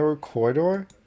corridor